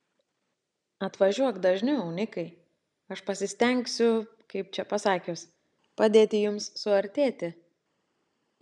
atvažiuok dažniau nikai aš pasistengsiu kaip čia pasakius padėti jums suartėti